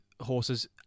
horses